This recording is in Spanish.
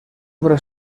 obra